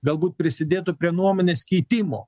galbūt prisidėtų prie nuomonės keitimo